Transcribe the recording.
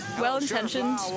well-intentioned